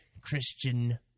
Christian